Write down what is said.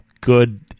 good